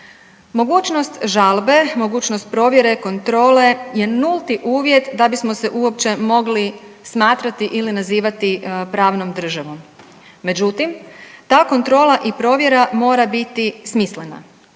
Mogućnost žalbe, mogućnost provjere, kontrole je nulti uvjet da bismo se uopće mogli smatrati ili nazivati pravnom državom. Međutim, ta kontrola i provjera mora biti smislena,